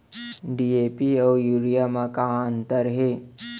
DAP अऊ urea म का अंतर हे?